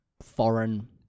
foreign